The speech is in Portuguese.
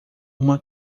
uma